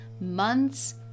months